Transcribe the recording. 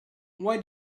why